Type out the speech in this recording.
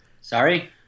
sorry